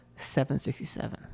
767